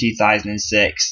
2006